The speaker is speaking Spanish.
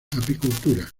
apicultura